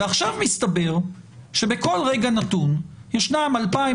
ועכשיו מסתבר שבכל רגע נתון ישנם 2,000